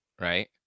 right